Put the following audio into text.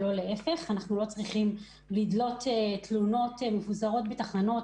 אנחנו לא צריכים לדלות תלונות מתחנות